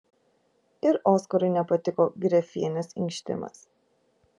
ir oskarui nepatiko grefienės inkštimas